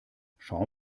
schau